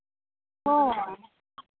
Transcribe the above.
ᱦᱳᱭ